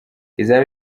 izaba